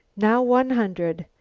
now one hundred,